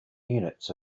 units